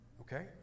Okay